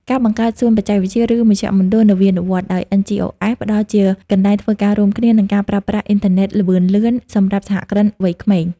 ការបង្កើត "សួនបច្ចេកវិទ្យា" ឬ "មជ្ឈមណ្ឌលនវានុវត្តន៍" ដោយ NGOs ផ្ដល់ជាកន្លែងធ្វើការរួមគ្នា និងការប្រើប្រាស់អ៊ីនធឺណិតល្បឿនលឿនសម្រាប់សហគ្រិនវ័យក្មេង។